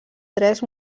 tres